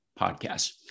podcasts